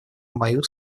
мою